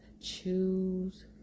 choose